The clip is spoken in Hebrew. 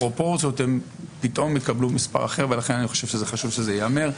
הפרופורציות הן פתאום יקבלו מספר אחר ולכן אני חושב שזה חשוב שזה ייאמר.